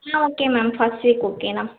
ம் okay ma'am first week okay enough